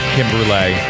Kimberly